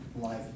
life